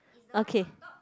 okay